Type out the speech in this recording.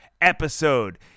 episode